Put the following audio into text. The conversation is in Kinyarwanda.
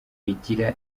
bigira